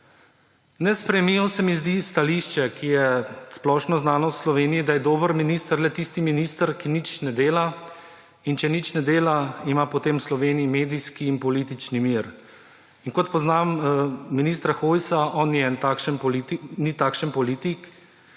Nesprejemljivo se mi zdi stališče, ki je splošno znano v Sloveniji, da je dober minister le tisti minister, ki nič ne dela. In če nič ne dela, ima potem v Sloveniji medijski in politični mir. Kot poznam ministra Hojsa, on ni en takšen politik,